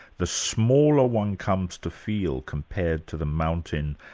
the smaller one comes to feel compared to the mountain,